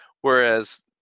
Whereas